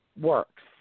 works